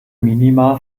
minima